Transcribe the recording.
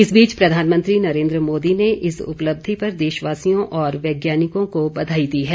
इस बीच प्रधानमंत्री नरेन्द्र मोदी ने इस उपलब्धि पर देशवासियों और वैज्ञानिकों को बधाई दी है